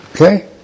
Okay